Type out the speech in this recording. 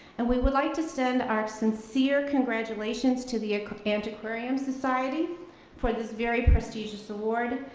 and we would like to send our sincere congratulations to the antiquarian society for this very prestigious award.